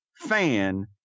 fan